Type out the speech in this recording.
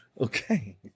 okay